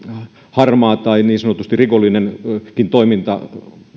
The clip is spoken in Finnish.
harmaan tai niin sanotusti rikollisenkin toiminnan